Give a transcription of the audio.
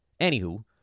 Anywho